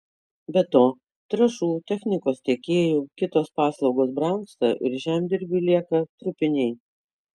be to trąšų technikos tiekėjų kitos paslaugos brangsta ir žemdirbiui lieka trupiniai